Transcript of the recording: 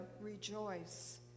rejoice